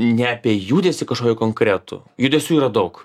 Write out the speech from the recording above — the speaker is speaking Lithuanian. ne apie judesį kažkokį konkretų judesių yra daug